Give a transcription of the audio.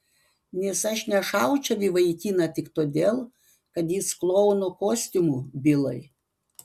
nes aš nešaučiau į vaikiną tik todėl kad jis klouno kostiumu bilai